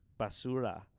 Basura